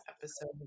episode